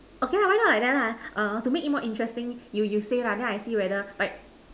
okay lah why not like that lah err to make it more interesting you you say lah then I see whether right